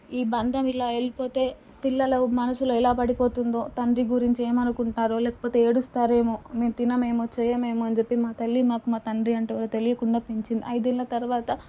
ఈ బంధం ఇలా వెళ్ళిపోతే పిల్లలు మనసులో ఎలా పడిపోతుందో తండ్రి గురించి ఏమనుకుంటారో లేకపోతే ఏడుస్తారో ఏమో మేము తినమేమో చెయ్యమేమో అని చెప్పి మాకు మా తల్లి మా తండ్రి అంటే ఎవరో తెలియకుండా పెంచింది ఐదేళ్ల తరువాత